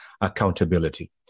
Accountability